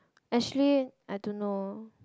actually I don't know